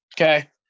okay